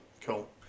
Cool